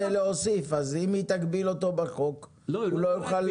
להוסיף אז אם היא תגביל אותו בחוק הוא לא יוכל.